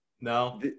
No